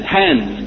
hands